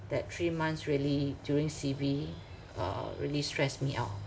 that three months really during C_B uh really stress me out